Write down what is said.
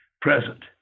present